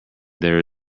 there